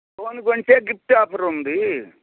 phone కొంటే gift offer ఉంది